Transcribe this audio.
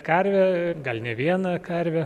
karvę gal ne vieną karvę